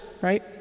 right